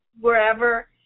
wherever